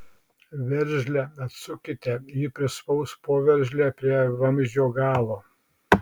veržlę atsukite ji prispaus poveržlę prie vamzdžio galo